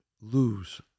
lose